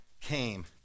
came